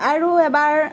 আৰু এবাৰ